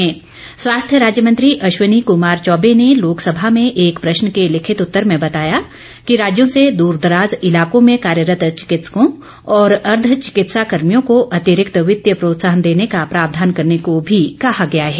केन्द्रीय स्वास्थ्य राज्य मंत्री अश्विनी कुमार चौबे ने लोकसभा में एक प्रश्न के लिखित उत्तर में बताया कि राज्यों से दूर दराज इलाकों में कार्यरत चिकित्सकों और अर्द्व चिकित्सा कर्मियों को अतिरिक्त वित्तीय प्रोत्साहन देने का प्रावधान करने को भी कहा गया है